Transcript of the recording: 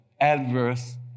adverse